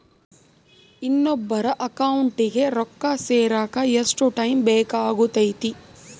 ಇನ್ನೊಬ್ಬರ ಅಕೌಂಟಿಗೆ ರೊಕ್ಕ ಸೇರಕ ಎಷ್ಟು ಟೈಮ್ ಬೇಕಾಗುತೈತಿ?